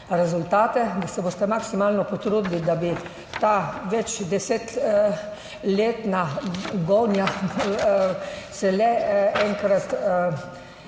da se boste maksimalno potrudili, da bi se ta večdesetletna gonja le enkrat končala,